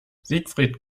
siegfried